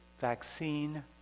vaccine